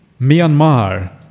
Myanmar